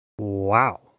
Wow